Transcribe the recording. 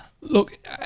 Look—